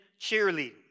cheerleading